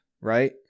right